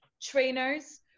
trainers